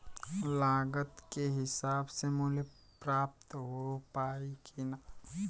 लागत के हिसाब से मूल्य प्राप्त हो पायी की ना?